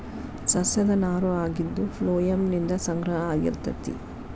ಸಸ್ಯದ ನಾರು ಆಗಿದ್ದು ಪ್ಲೋಯಮ್ ನಿಂದ ಸಂಗ್ರಹ ಆಗಿರತತಿ